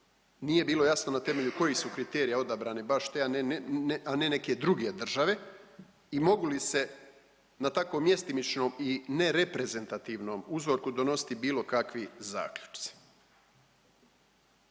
Nije bilo jasno na temelju kojih su kriterija odabrane baš te, a ne, ne, ne, a ne neke druge države i mogu li se na takvom mjestimičnom i nereprezentativnom uzorku donositi bilo kakvi zaključci.